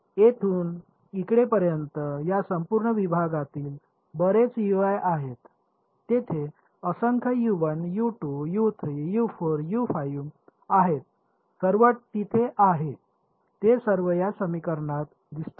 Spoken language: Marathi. येथून इकडेपर्यंत या संपूर्ण विभागातील बरेच U i आहेत तेथे असंख्य आहेत सर्व तिथे आहेत ते सर्व या समीकरणात दिसतात का